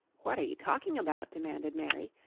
what are you talking about? demanded mary.